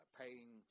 paying